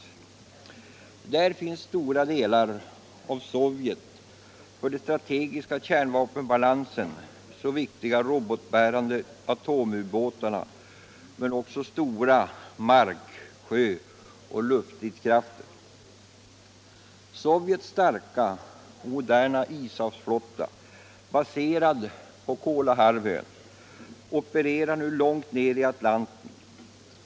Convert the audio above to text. Där finns stora delar av Sovjets för den strategiska kärnvapenbalansen så viktiga robotbärande atomubåtar, men också stora mark-, sjö-och luftstridskrafter. Sovjets starka och moderna ishavsflotta baserad på Kolahalvön opererar nu långt ned i Atlanten.